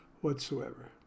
whatsoever